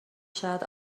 شاید